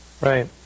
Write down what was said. right